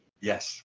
yes